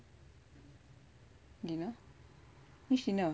dinner we which dinner